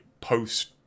post